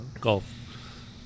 golf